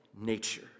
nature